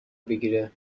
بگیره